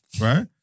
right